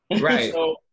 Right